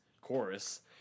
chorus